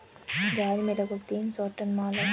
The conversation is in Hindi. जहाज में लगभग तीन सौ टन माल है